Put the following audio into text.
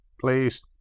please